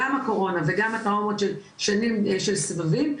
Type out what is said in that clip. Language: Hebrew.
גם הקורונה וגם הטראומות של שנים של סבבים,